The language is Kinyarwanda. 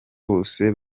wose